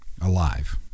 alive